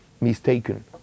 mistaken